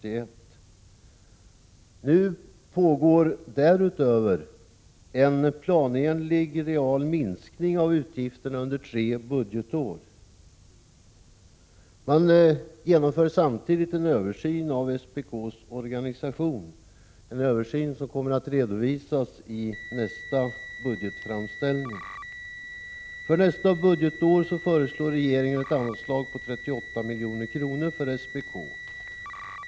Därutöver pågår nu en planenlig real minskning av utgifterna under tre budgetår. Man genomför samtidigt en översyn av SPK:s organisation, en översyn som kommer att redovisas i nästa budgetframställning. För nästa budgetår föreslår regeringen ett anslag på 38 milj.kr. till SPK.